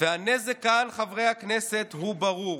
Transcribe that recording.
והנזק כאן, חברי הכנסת, הוא ברור.